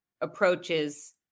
approaches